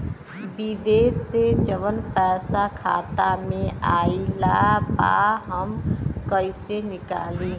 विदेश से जवन पैसा खाता में आईल बा हम कईसे निकाली?